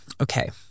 Okay